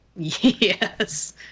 Yes